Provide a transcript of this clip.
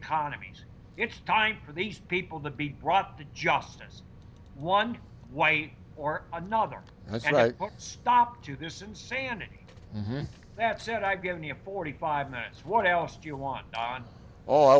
economy it's time for the people to be brought to justice one white or another stop to this insanity that said i give me a forty five minutes what else do you want on